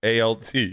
ALT